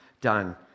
done